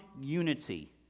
unity